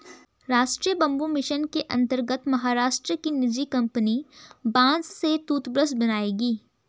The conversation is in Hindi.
राष्ट्रीय बंबू मिशन के अंतर्गत महाराष्ट्र की निजी कंपनी बांस से टूथब्रश बनाएगी